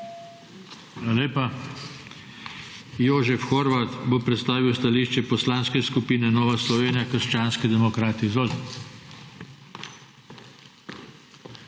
Hvala lepa. Jožef Horvat bo predstavil stališče Poslanske skupine Nova Slovenija − krščanski demokrati.